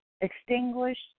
extinguished